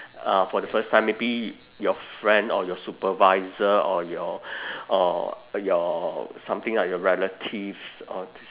uh for the first time maybe your friend or your supervisor or your or your something like your relatives all this